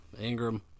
Ingram